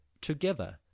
Together